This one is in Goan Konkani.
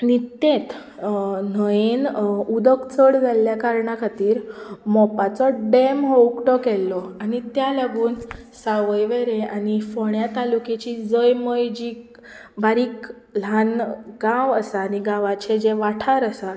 निकतेंच न्हंयेन उदक चड जाल्ल्या कारणा खातीर मोपाचो डॅम हो उक्तो केल्लो आनी त्या लागून सावयवेरें आनी फोण्या तालुकेची जळी मळी जी बारीक ल्हान गांव आसले आनी गांवांचे जे वाठार आसा